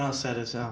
um said is,